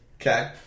Okay